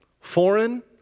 foreign